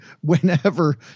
whenever